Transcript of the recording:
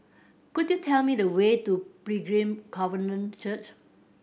could you tell me the way to Pilgrim Covenant Church